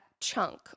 chunk